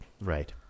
right